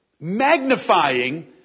magnifying